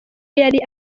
yari